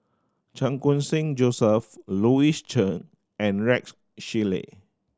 Chan Khun Sing Joseph Louis Chen and Rex Shelley